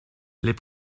les